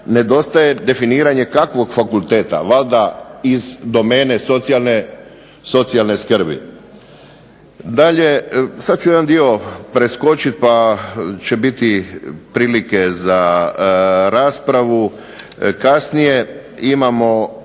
Nedostaje definiranje kakvog fakulteta valjda iz domene socijalne skrbi. Dalje, sada ću jedan dio preskočiti pa će biti prilike za raspravu kasnije. Imamo